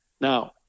Now